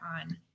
on